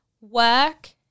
work